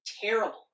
terrible